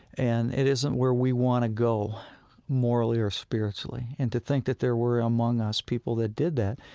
and it isn't where we want to go morally or spiritually. and to think that there were among us people that did that,